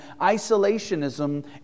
isolationism